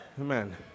Amen